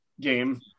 game